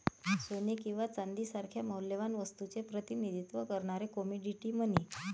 सोने किंवा चांदी सारख्या मौल्यवान वस्तूचे प्रतिनिधित्व करणारे कमोडिटी मनी